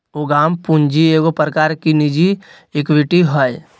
उद्यम पूंजी एगो प्रकार की निजी इक्विटी हइ